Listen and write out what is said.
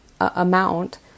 amount